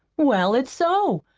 well, it's so.